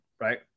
right